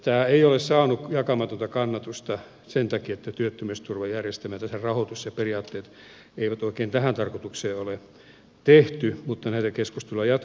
tämä ei ole saanut jakamatonta kannatusta sen takia että työttömyysturvajärjestelmää ja sen rahoitusta ja periaatteita ei oikein tähän tarkoitukseen ole tehty mutta näitä keskusteluja jatketaan